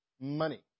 Money